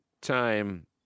time